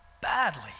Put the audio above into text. badly